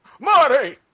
Marty